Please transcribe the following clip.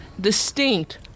distinct